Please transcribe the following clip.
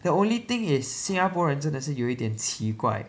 the only thing is 新加坡人真的是有一点奇怪